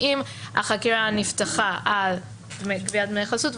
אם החקירה נפתחה על גביית דמי חסות,